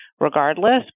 Regardless